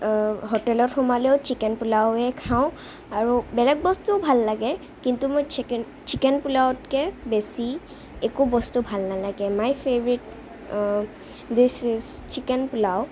হোটেলত সোমালেও চিকেন পোলাওৱে খাওঁ আৰু বেলেগ বস্তুও ভাল লাগে কিন্তু মোৰ চিকেন চিকেন পোলাওতকৈ বেছি একো বস্তু ভাল নালাগে my favourite dish is chicken pulao